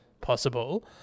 possible